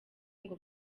ngo